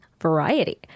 Variety